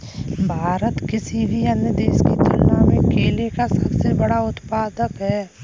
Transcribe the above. भारत किसी भी अन्य देश की तुलना में केले का सबसे बड़ा उत्पादक है